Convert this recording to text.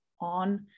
on